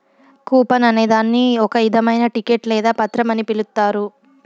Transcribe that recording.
coupon అనే దాన్ని ఒక ఇధమైన టికెట్ లేదా పత్రం అని పిలుత్తారు